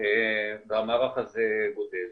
והמערך הזה עובד.